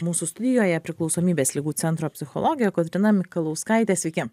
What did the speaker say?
mūsų studijoje priklausomybės ligų centro psichologė kotryna mikalauskaitė sveiki